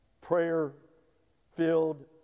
prayer-filled